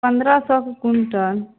पनरह सओके क्विन्टल